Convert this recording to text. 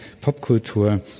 Popkultur